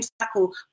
cycle